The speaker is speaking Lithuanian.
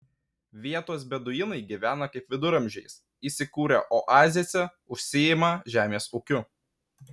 vietos beduinai gyvena kaip viduramžiais įsikūrę oazėse užsiima žemės ūkiu